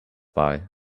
buy